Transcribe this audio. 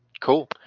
Cool